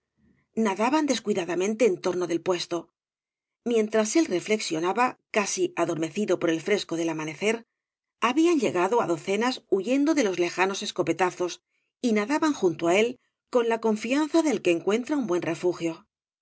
ban descuidadamente en torno del puesto míen tras él reflexionaba casi adormecido por el fresco del amanecer habían llegado á docenas huyendo de los lejanos escopetazos y nadaban junto á él con la confianza del que encuentra un buen refugio